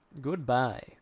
goodbye